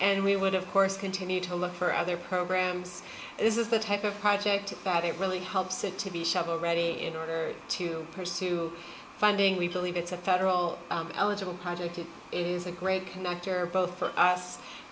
and we would of course continue to look for other programs this is the type of project that it really helps it to be shovel ready in order to pursue funding we believe it's a federal eligible project it is a great connector both for us